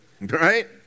Right